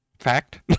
fact